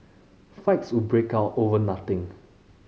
fights would break out over nothing